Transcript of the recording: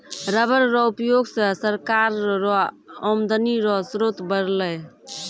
rubber रो उयोग से सरकार रो आमदनी रो स्रोत बरलै